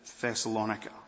Thessalonica